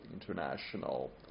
international